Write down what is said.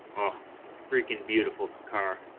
oh freakin beautiful car